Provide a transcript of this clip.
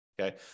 okay